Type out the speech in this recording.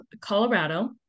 Colorado